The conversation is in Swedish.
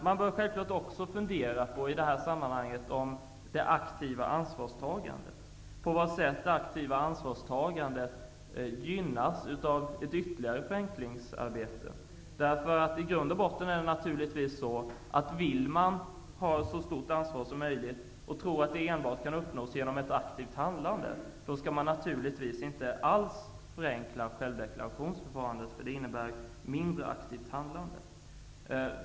Man bör i detta sammanhang självfallet också fundera över på vilket sätt det aktiva ansvarstagandet gynnas av ett ytterligare förenklingsarbete. I grund och botten är det naturligtvis så, att om man vill ha så stort ansvarstagande som möjligt, och tror att det enbart kan uppnås genom ett aktivt handlande, skall man givetvis inte alls förenkla självdeklarationsförfarandet, eftersom detta skulle innbära ett mindre aktivt handlande.